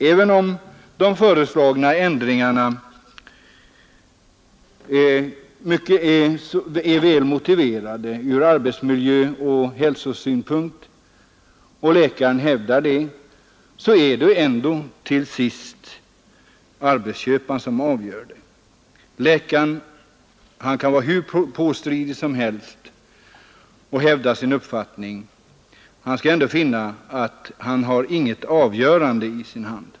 Även om de föreslagna ändringarna är väl motiverade ur arbetsmiljöoch hälsosynpunkt och läkaren hävdar detta, så är det till sist arbetsköparen som avgör. Läkaren kan vara hur påstridig som helst och hävda sin uppfattning, han skall ändå finna att han inte har något avgörande i sin hand.